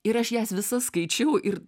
ir aš jas visas skaičiau ir